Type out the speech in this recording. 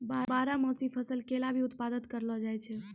बारहमासी फसल केला भी उत्पादत करलो जाय छै